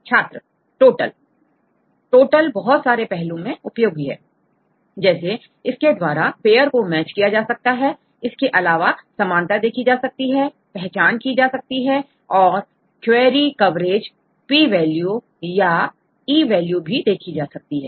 छात्र total total बहुत सारे पहलू मैं उपयोगी है जैसे इसके द्वारा पेयर को मैच किया जा सकता है इसके अलावा समानता देखी जा सकती है पहचान की जा सकती है और क्वेरी कवरेजp वैल्यू याe वैल्यू देखी जा सकती है